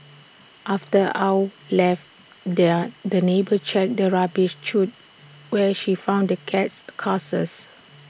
after Ow left their the neighbour checked the rubbish chute where she found the cat's carcass